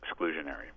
exclusionary